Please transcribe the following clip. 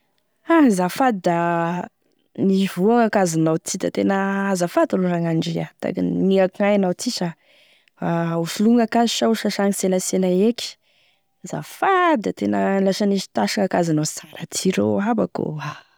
Azafady da ny voa ankazonao ty, da tena azafady rô Ragnandria, da anigny akognaia anao ty sa, hosoloa gn'ankazo sa ho sasagny selasela eky, azafady fa tena lasa nisy tache ankazonao sara be ty ro abako ah.